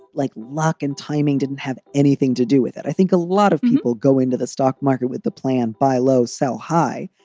like luck and timing didn't have anything to do with it. i think a lot of people go into the stock market with the plan, buy low, sell high.